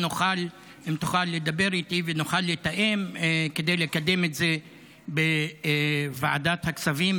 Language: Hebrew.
אם תוכל לדבר איתי ונוכל לתאם כדי לקדם את זה בוועדת הכספים,